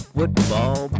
Football